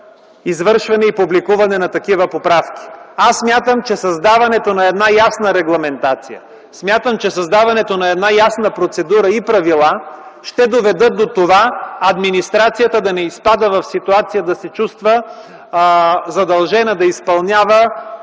извършване и публикуване на такива поправки. Мисля, че с даването на една ясна аргументация, с даването на една ясна процедура и правила ще доведат до това – администрацията да не изпада в ситуация да се чувства задължена да изпълнява,